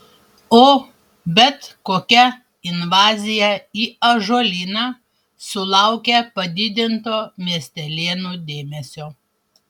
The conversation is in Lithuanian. o bet kokia invazija į ąžuolyną sulaukia padidinto miestelėnų dėmesio